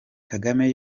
kagame